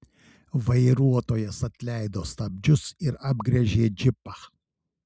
vairuotojas atleido stabdžius ir apgręžė džipą